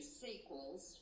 sequels